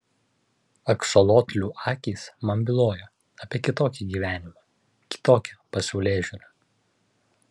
aksolotlių akys man bylojo apie kitokį gyvenimą kitokią pasaulėžiūrą